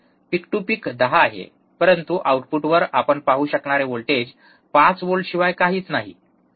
peak to peak 10 आहे परंतु आउटपुटवर आपण पाहू शकणारे व्होल्टेज 5 व्होल्टशिवाय काहीच नाही ठीक आहे